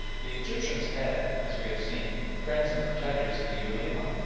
the egyptians had, as we have seen, friends and protectors in the ulema,